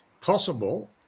possible